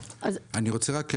אני רוצה רק להמשיך,